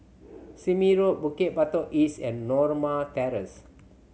Sime Road Bukit Batok East and Norma Terrace